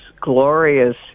glorious